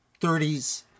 30s